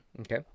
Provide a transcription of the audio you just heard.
Okay